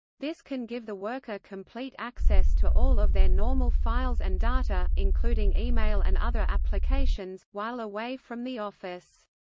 this can give the worker complete access to all of their normal files and data, including email and other applications, while away from the office.